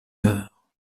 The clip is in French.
heure